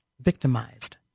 victimized